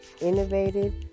innovative